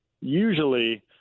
Usually